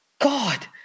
God